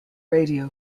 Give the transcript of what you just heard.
radio